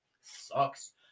sucks